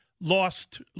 lost